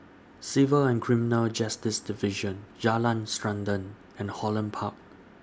Civil and Criminal Justice Division Jalan Srantan and Holland Park